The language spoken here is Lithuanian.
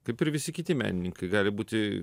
kaip ir visi kiti menininkai gali būti